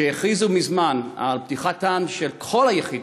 שהכריזו מזמן על פתיחת כל היחידות,